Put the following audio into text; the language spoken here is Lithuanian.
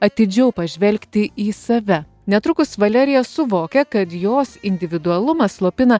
atidžiau pažvelgti į save netrukus valerija suvokia kad jos individualumą slopina